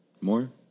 more